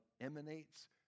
emanates